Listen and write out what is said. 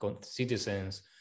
citizens